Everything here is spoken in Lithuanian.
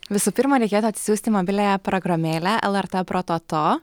visų pirma reikėtų atsisiųsti mobiliąją programėlę lrt prototo